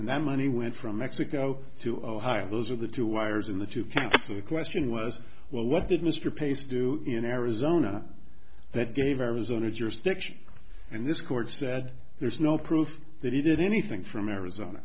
and that money went from mexico to ohio those are the two wires in the two camps of the question was well what did mr pace do in arizona that gave arizona jurisdiction and this court said there's no proof that he did anything from arizona